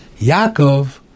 Yaakov